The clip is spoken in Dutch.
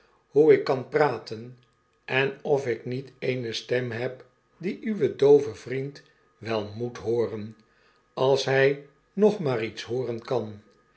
hoe ik kan praten en of ik niet eene stem heb die uwe doove vriend wel moet hooren als hg nog maar iets hooren kan